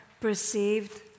perceived